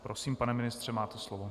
Prosím, pane ministře, máte slovo.